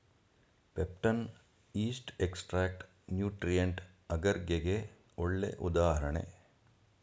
peptone, yeast extract nutrient ಅಗರ್ಗೆ ಗೆ ಒಳ್ಳೆ ಉದಾಹರಣೆ